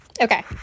Okay